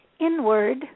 inward